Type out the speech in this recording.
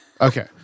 Okay